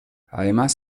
además